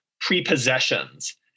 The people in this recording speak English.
prepossessions